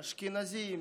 אשכנזים,